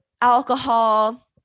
alcohol